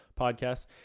podcasts